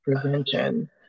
Prevention